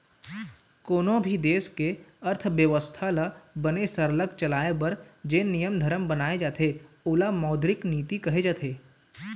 कोनों भी देश के अर्थबेवस्था ल बने सरलग चलाए बर जेन नियम धरम बनाए जाथे ओला मौद्रिक नीति कहे जाथे